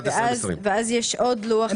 ואז יש עוד לוח.